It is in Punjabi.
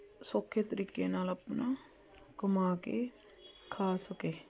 ਸੌਖੇ ਤਰੀਕੇ ਨਾਲ ਆਪਣਾ ਕਮਾ ਕੇ ਖਾ ਸਕੇ